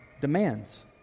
demands